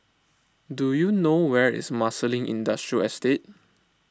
do you know where is Marsiling Industrial Estate